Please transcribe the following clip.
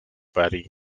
paris